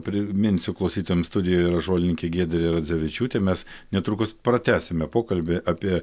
priminsiu klausytojams studijoje yra žolininkė giedrė radzevičiūtė mes netrukus pratęsime pokalbį apie